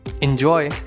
Enjoy